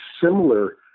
similar